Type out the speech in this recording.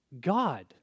God